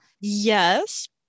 yes